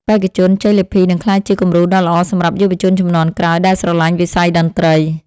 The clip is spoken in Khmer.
បេក្ខជនជ័យលាភីនឹងក្លាយជាគំរូដ៏ល្អសម្រាប់យុវជនជំនាន់ក្រោយដែលស្រឡាញ់វិស័យតន្ត្រី។